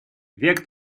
век